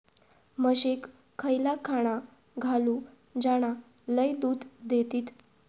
म्हशीक खयला खाणा घालू ज्याना लय दूध देतीत?